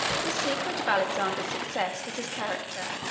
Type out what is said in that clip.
the secret of alexander's success was his character.